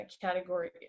category